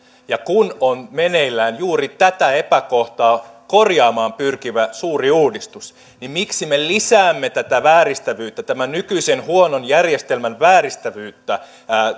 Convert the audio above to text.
ja kun on meneillään juuri tätä epäkohtaa korjaamaan pyrkivä suuri uudistus niin miksi me lisäämme tätä vääristävyyttä tämän nykyisen huonon järjestelmän vääristävyyttä